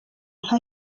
nka